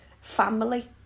family